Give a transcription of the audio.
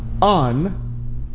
On